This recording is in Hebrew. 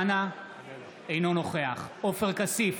אינו נוכח עופר כסיף,